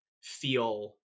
feel